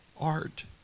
art